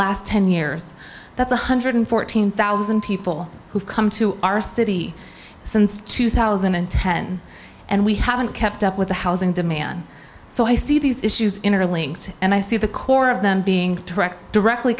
last ten years that's one hundred and fourteen thousand people who've come to our city since two thousand and ten and we haven't kept up with the housing demand so i see these issues interlinked and i see the core of them being directly